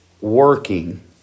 working